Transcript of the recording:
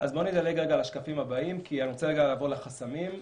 בואו נדלג על השקפים הבאים כי אני רוצה לעבור על החסמים.